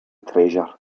treasure